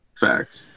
facts